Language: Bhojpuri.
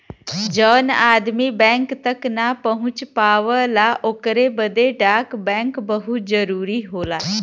जौन आदमी बैंक तक ना पहुंच पावला ओकरे बदे डाक बैंक बहुत जरूरी होला